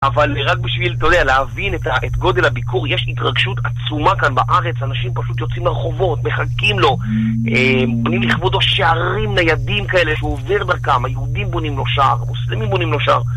אבל רק בשביל, אתה יודע, להבין את גודל הביקור, יש התרגשות עצומה כאן בארץ, אנשים פשוט יוצאים לרחובות, מחכים לו, בונים לכבודו שערים ניידים כאלה שעובר דרכם, היהודים בונים לו שער, מוסלמים בונים לו שער.